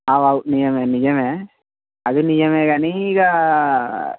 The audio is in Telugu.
అవును అవును నిజమే నిజమే అది నిజమే కానీ ఇక